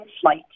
flight